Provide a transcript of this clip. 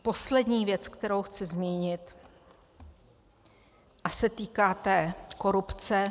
Poslední věc, kterou chci zmínit, se týká korupce.